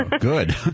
Good